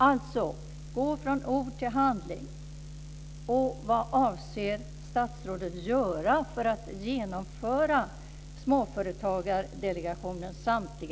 Alltså: Gå från ord till handling!